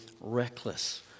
reckless